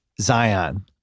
Zion